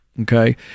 Okay